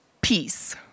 peace